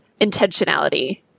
intentionality